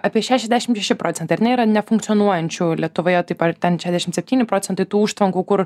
apie šešiasdešim šeši procentai ar ne yra nefunkcionuojančių lietuvoje taip ar ten šešiasdešim septyni procentai tų užtvankų kur